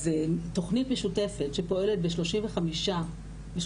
אז תכנית משותפת שפועלת ב- 35 רשויות